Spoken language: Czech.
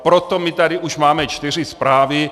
Proto my tady už máme čtyři zprávy.